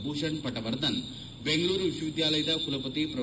ಭೂಷಣ್ ಪಟವರ್ಧನ್ ಬೆಂಗಳೂರು ವಿಶ್ವವಿದ್ಯಾಲಯದ ಕುಲಪತಿ ಪ್ರೊ